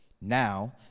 Now